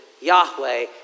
Yahweh